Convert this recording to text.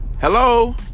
Hello